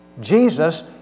Jesus